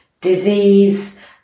disease